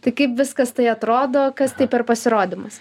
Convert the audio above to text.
tai kaip viskas tai atrodo kas tai per pasirodymas